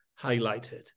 highlighted